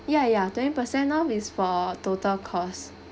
ya ya twenty percent off is for total cost